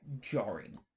jarring